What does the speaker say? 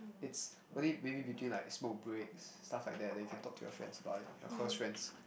it's really maybe between like small breaks stuffs like that that you can talk to your friends about it your close friends